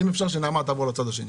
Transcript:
אם אפשר שנעמה תעבור לצד השני.